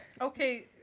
Okay